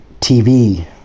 TV